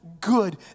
good